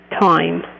time